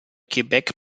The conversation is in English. quebec